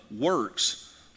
works